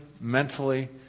mentally